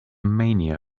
mania